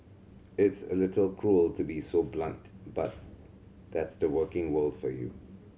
it's a little cruel to be so blunt but that's the working world for you